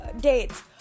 dates